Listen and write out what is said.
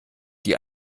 die